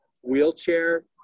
wheelchair